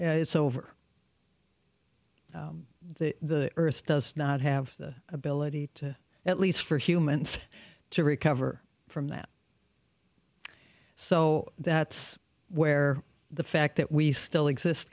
it's over the earth does not have the ability to at least for humans to recover from that so that's where the fact that we still exist